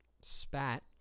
spat